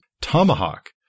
Tomahawk